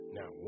Now